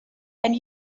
and